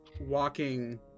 walking